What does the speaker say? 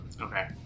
Okay